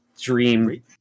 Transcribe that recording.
Dream